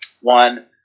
one